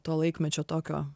to laikmečio tokio